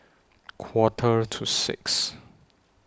Quarter to six